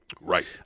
Right